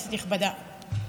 כנסת נכבדה,